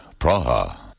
Praha